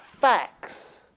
facts